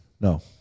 No